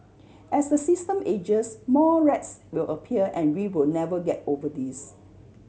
as the system ages more rats will appear and we will never get over this